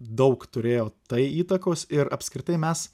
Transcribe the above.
daug turėjo tai įtakos ir apskritai mes